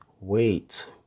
Wait